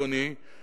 אדוני,